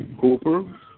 Cooper